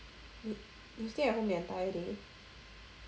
yo~ you stay at home the entire day